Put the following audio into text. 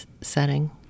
setting